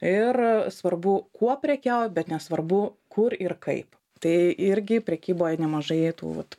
ir svarbu kuo prekiauja bet nesvarbu kur ir kaip tai irgi prekyboje nemažai tų vat